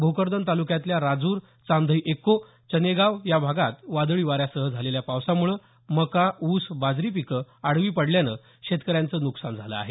भोकरदन तालुक्यातल्या राजूर चांधई एक्को चनेगाव या भागात वादळी वाऱ्यासह झालेल्या पावसामुळे मका ऊस बाजरी पिके आडवी पडल्यानं शेतकऱ्यांचं नुकसान झालं आहे